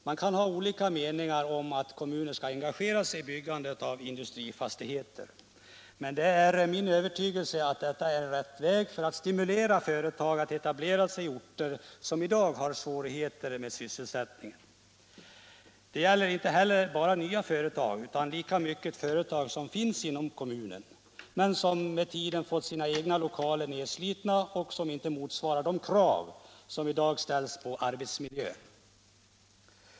Man kan ha olika meningar om huruvida kommuner skall engagera sig i byggande av industrifastigheter, men det är min övertygelse att detta är rätt väg för att stimulera företag att etablera sig i orter som i dag har stora svårigheter med sysselsättningen och utveckla företag som redan finns inom kommunen men som med tiden har fått sina egna lokaler nedslitna så att dessa inte motsvarar de krav som i dag ställs på arbetsmiljön.